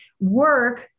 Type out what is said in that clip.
work